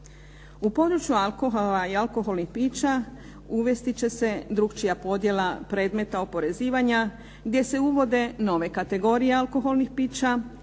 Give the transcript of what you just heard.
U području alkohola i alkoholnih pića uvesti će se drukčija podjela predmeta oporezivanja gdje se uvode nove kategorije alkoholnih pića.